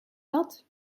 dat